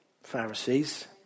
Pharisees